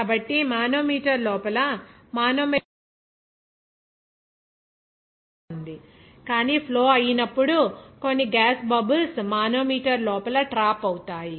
కాబట్టి మానోమీటర్ లోపల manometric fluid ఉంటుందని చాలా ఆసక్తికరంగా ఉంది కానీ ఫ్లో అయినప్పుడు కొన్ని గ్యాస్ బబుల్స్ మానోమీటర్ లోపల ట్రాప్ అవుతాయి